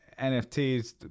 nfts